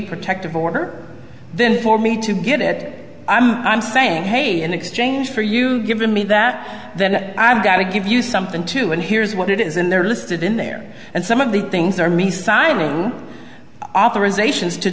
protective order then for me to get it i'm saying hey in exchange for you've given me that then i've got to give you something to and here's what it is and they're listed in there and some of the things are me signing authorisations to